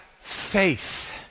faith